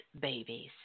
babies